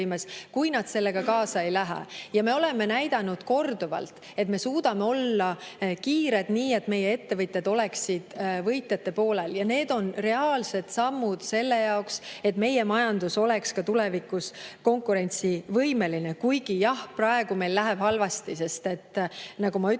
kui nad sellega kaasa ei lähe. Ja me oleme näidanud korduvalt, et me suudame olla kiired, nii et meie ettevõtjad oleksid võitjate poolel. Need on reaalsed sammud selle jaoks, et meie majandus oleks ka tulevikus konkurentsivõimeline. Kuigi jah, praegu meil läheb halvasti, sest nagu ma ütlesin,